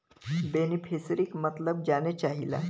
बेनिफिसरीक मतलब जाने चाहीला?